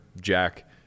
jack